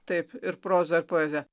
taip ir prozą ir poeziją